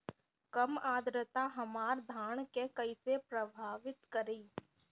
कम आद्रता हमार धान के कइसे प्रभावित करी?